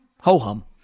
Ho-hum